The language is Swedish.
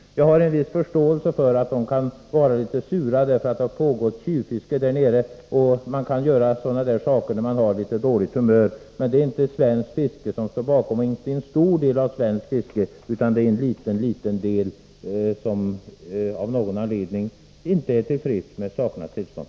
Jag har en viss förståelse för att man där kan vara litet sur, eftersom det pågått tjuvfiske där nere. Sådana där saker kan man göra när man är på litet dåligt humör. Men det är inte någon stor del av svenskt fiske som står bakom detta, utan det är en liten del som av någon anledning inte är till freds med sakernas tillstånd.